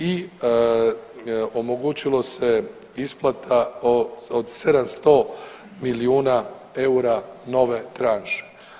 I omogućilo se isplata od 700 milijuna eura nove tranše.